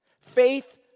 Faith